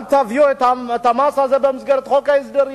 אל תביאו את המס הזה במסגרת חוק ההסדרים,